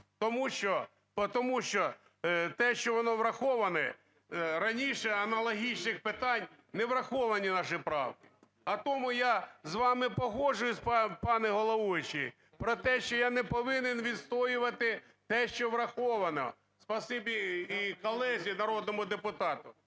Тому що те, що воно враховане, раніше з аналогічних питань не враховані наші правки. А тому я з вами погоджуюсь, пане головуючий, про те, що я не повинен відстоювати те, що враховано. Спасибі і колезі народному депутату,